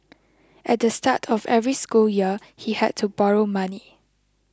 at the start of every school year he had to borrow money